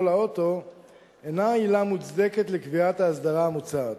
לאוטו אינה עילה מוצדקת לקביעת ההסדרה המוצעת,